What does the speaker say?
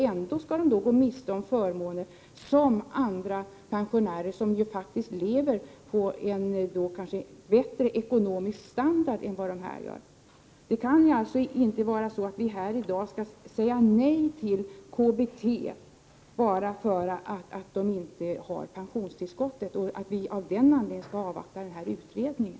Ändå skall de gå miste om förmåner som andra pensionärer har, vilka faktiskt lever med en bättre ekonomisk standard än dessa pensionärer gör. Vi kan inte här i dag säga nej till KBT bara därför att denna grupp inte har pensionstillskott och vi av den anledningen skall avvakta utredningen.